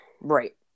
right